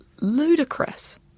ludicrous